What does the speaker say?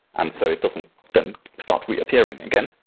and so it doesn't then start reappearing again.